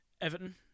Everton